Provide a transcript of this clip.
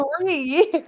three